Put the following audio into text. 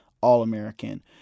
all-American